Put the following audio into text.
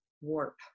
warp